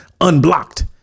unblocked